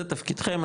זה תפקידכם,